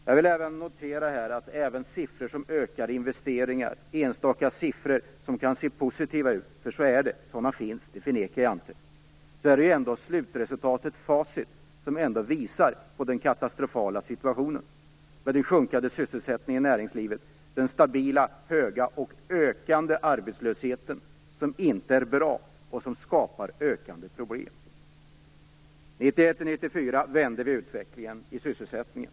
Jag noterar även att trots enstaka siffror som visar ökande investeringar och som kan se positiva ut - för sådana finns, det förnekar jag inte - visar ändå slutresultatets facit på den katastrofala situationen med den sjunkande sysselsättningen i näringslivet och den stabilt höga och ökande arbetslösheten som inte är bra och som skapar ökande problem. Under 1991-1994 vände vi utvecklingen vad gäller sysselsättningen.